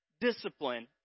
discipline